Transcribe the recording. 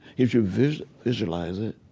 if you visualize it,